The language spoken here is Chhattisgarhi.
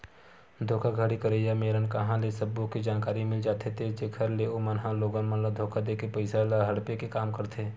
धोखाघड़ी करइया मेरन कांहा ले सब्बो के जानकारी मिल जाथे ते जेखर ले ओमन ह लोगन मन ल धोखा देके पइसा ल हड़पे के काम करथे